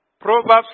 Proverbs